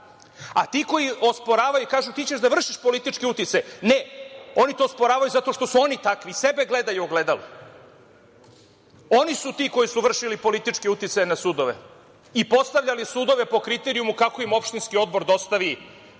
Ti koji osporavaju kažu – ti ćeš da vršiš politički uticaj. Ne, oni te osporavaju zato što su oni takvi, sebe gledaju u ogledalu, oni su ti koji su vršili politički uticaj na sudove i postavljali sudove po kriterijumu kako im opštinski odbor dostavi